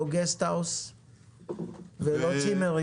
לא גסט האוס ולא צימרים.